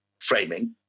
framing